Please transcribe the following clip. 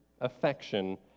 affection